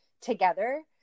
together